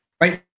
right